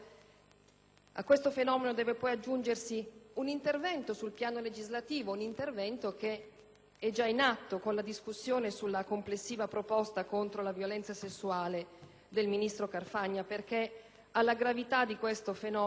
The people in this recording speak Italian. A questo fenomeno deve poi aggiungersi un intervento sul piano legislativo, un intervento che è già in atto con la discussione sulla complessiva proposta contro la violenza sessuale del ministro Carfagna, perché alla gravità di questo fenomeno si